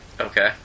okay